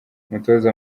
umutoza